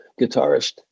guitarist